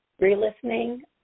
re-listening